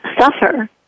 suffer